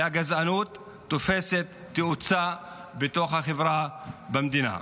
והגזענות תופסת תאוצה בתוך החברה במדינה.